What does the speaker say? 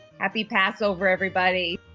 happy passover everybody